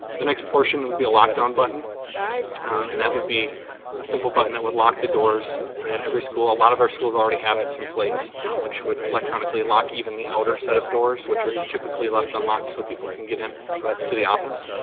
the next portion would be a lock down button and that would be a simple button that would lock the doors at every school. a lot of our schools already have this in place which would electronically lock even the outer set of doors which are typically left unlocked so people can get in to the office.